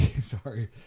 sorry